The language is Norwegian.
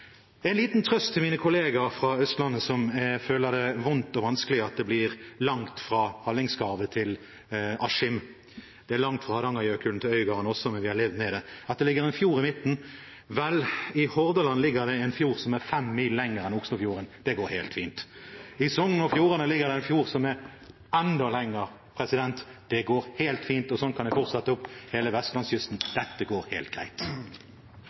160 år. En liten trøst til mine kolleger fra Østlandet som føler det vondt og vanskelig at det blir langt fra Hallingskarvet til Askim: Det er langt fra Hardangerjøkulen til Øygarden også, men vi har levd med det. At det ligger en fjord i midten – vel, i Hordaland ligger det en fjord som er fem mil lengre enn Oslofjorden, og det går helt fint. I Sogn og Fjordane ligger det en fjord som er enda lengre, og det går helt fint. Sånn kan jeg fortsette opp hele vestlandskysten. Dette går helt greit.